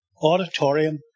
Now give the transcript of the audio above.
auditorium